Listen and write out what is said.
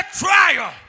trial